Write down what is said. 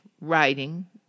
writing